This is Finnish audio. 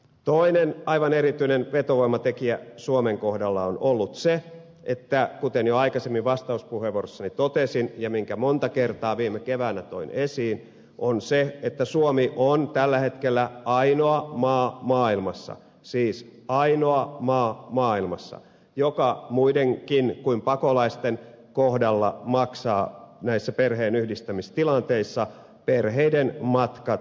toinen aivan erityinen vetovoimatekijä suomen kohdalla on ollut se minkä jo aikaisemmin vastauspuheenvuorossani totesin ja minkä monta kertaa viime keväänä toin esiin että suomi on tällä hetkellä ainoa maa maailmassa siis ainoa maa maailmassa joka muidenkin kuin pakolaisten kohdalla maksaa näissä perheenyhdistämistilanteissa perheiden matkat suomeen